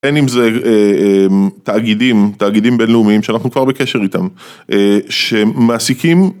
אין עם זה תאגידים, תאגידים בינלאומיים שאנחנו כבר בקשר איתם שמעסיקים